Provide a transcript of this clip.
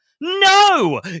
No